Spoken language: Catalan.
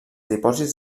dipòsits